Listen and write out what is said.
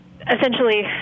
essentially